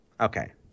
Okay